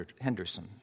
Henderson